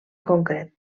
concret